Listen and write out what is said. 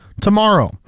tomorrow